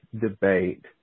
debate